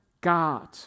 God